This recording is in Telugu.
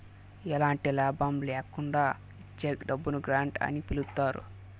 ఎలాంటి లాభం ల్యాకుండా ఇచ్చే డబ్బును గ్రాంట్ అని పిలుత్తారు